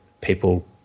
people